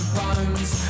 bones